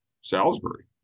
Salisbury